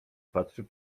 patrzy